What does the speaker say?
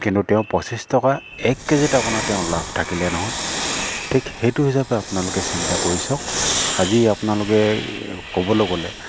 কিন্তু তেওঁ পঁচিছ টকা এক কেজিত আপোনাৰ তেওঁ লাভ থাকিলে নহয় ঠিক সেইটো হিচাপে আপোনালোকে চিন্তা কৰি চাওক আজি আপোনালোকে ক'বলৈ গ'লে